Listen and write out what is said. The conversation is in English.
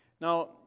Now